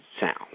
sound